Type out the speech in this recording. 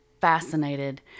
fascinated